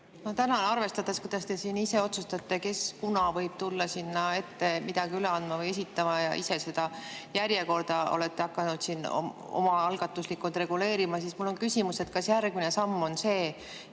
Ma tänan! Arvestades, kuidas te siin ise otsustate, kes kunas võib tulla sinna ette midagi üle andma või esitama, ja olete ise seda järjekorda hakanud siin omaalgatuslikult reguleerima, on mul küsimus: kas järgmine samm on see,